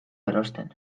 erosten